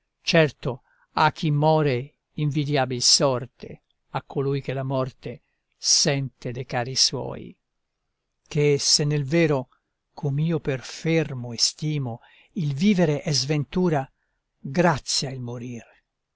certo ha chi more invidiabil sorte a colui che la morte sente de cari suoi che se nel vero com'io per fermo estimo il vivere è sventura grazia il morir